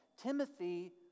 Timothy